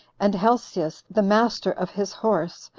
and helcias the master of his horse,